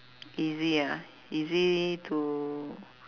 easy ah easy to